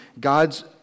God's